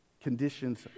Conditions